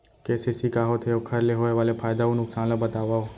KCC का होथे, ओखर ले होय वाले फायदा अऊ नुकसान ला बतावव?